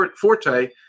Forte